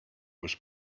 was